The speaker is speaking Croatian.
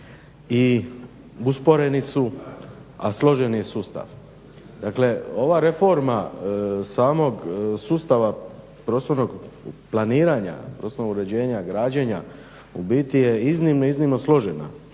i usporeni su a složeni je sustav. Dakle, ova reforma samog sustava prostornog planiranja, prostornog uređenja, građenja u biti je iznimno, iznimno složena.